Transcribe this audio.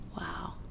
Wow